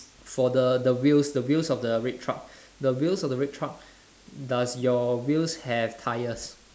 for the the wheels the wheels of the red truck the wheels of the red truck does your wheels have tyres